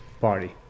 party